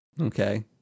Okay